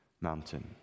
mountain